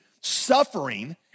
suffering